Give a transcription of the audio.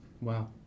Wow